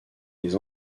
les